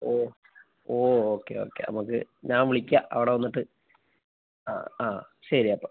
ഓ ഓ okay okay അപ്പോൾ നമുക്ക് ഞാൻ വിളിക്കാം അവിടെ വന്നിട്ട് ആ ആ ശരി അപ്പോൾ